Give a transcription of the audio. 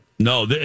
No